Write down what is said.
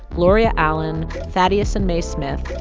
gloria allen, thaddeus and mae smith,